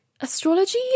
Astrology